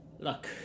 Look